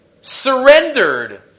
surrendered